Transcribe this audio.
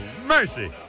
mercy